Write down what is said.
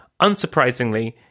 Unsurprisingly